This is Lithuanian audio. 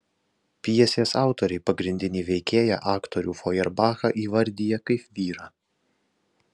pjesės autoriai pagrindinį veikėją aktorių fojerbachą įvardija kaip vyrą